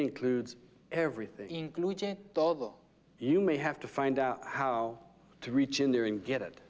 includes everything including although you may have to find out how to reach in there and get it